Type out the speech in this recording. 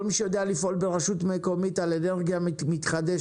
כל מי שיודע לפעול ברשות מקומית על אנרגיה מתחדשת